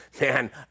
Man